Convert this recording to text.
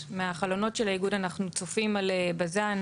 בז"ן.